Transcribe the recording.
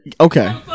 Okay